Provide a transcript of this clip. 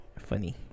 Funny